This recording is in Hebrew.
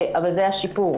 אבל זה היה שיפור,